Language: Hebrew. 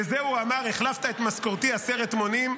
לזה הוא אמר: החלפת את משכורתי עשרת מונים.